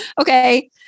okay